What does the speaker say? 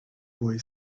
boy